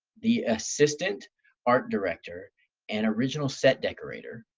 the assistant art director and original set decorator,